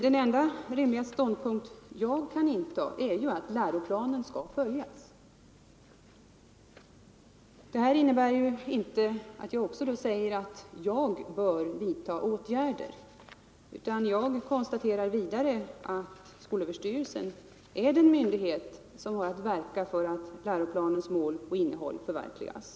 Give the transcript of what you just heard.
Den enda rimliga ståndpunkt jag kan inta är att läroplanen skall följas. Det här innebär inte att jag också säger att jag bör vidta åtgärder, Nr 126 utan jag konstaterar att skolöverstyrelsen är den myndighet som har Torsdagen den att verka för att läroplanens mål och innehåll förverkligas.